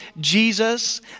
Jesus